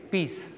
Peace